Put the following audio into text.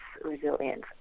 resilience